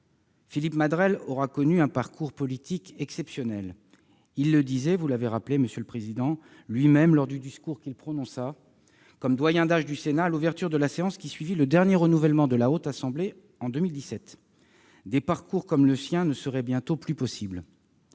Philippe Madrelle aura connu un parcours politique exceptionnel. Comme vous l'avez rappelé, monsieur le président, lui-même indiquait, lors du discours qu'il prononça comme doyen d'âge du Sénat, à l'ouverture de la séance ayant suivi le dernier renouvellement de la Haute Assemblée, en 2017, que des parcours comme le sien ne seraient bientôt plus possibles.